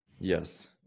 Yes